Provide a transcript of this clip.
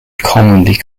commonly